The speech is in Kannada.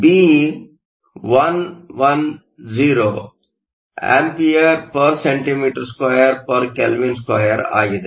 ಆದ್ದರಿಂದ Be 110 A cm 2 K 2 ಆಗಿದೆ